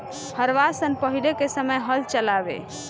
हरवाह सन पहिले के समय हल चलावें